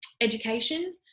education